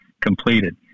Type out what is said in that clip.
completed